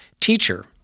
Teacher